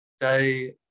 day